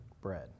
bread